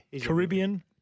Caribbean